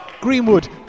Greenwood